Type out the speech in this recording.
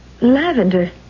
lavender